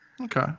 Okay